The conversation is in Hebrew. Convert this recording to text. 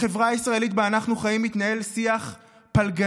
בחברה הישראלית שבה אנחנו חיים מתנהל שיח פלגני,